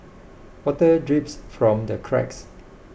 water drips from the cracks